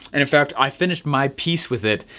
and in fact, i finished my piece with it,